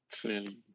clearly